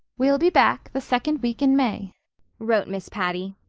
we'll be back the second week in may wrote miss patty.